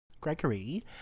Gregory